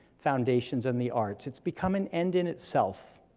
foundations, and the arts, it's become an end in itself.